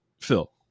Phil